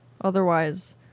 otherwise